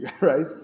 right